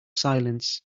silence